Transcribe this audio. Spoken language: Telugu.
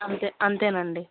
అంతే అంతేనండి